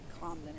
calm